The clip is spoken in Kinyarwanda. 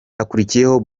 hakurikiyeho